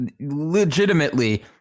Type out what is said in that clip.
legitimately –